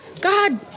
God